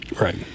Right